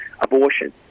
abortion